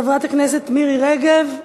חברת הכנסת מירי רגב,